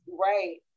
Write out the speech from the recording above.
right